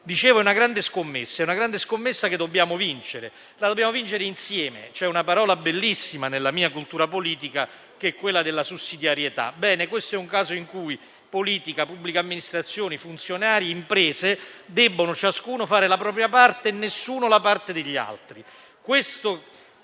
si tratta di una grande scommessa che dobbiamo vincere e dobbiamo farlo insieme. C'è una parola bellissima nella mia cultura politica che è "sussidiarietà": bene, questo è un caso in cui politica, pubblica amministrazione, funzionari e imprese debbono ciascuno fare la propria parte e nessuno la parte degli altri.